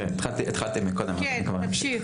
כן, התחלתי מקודם אז אני אמשיך.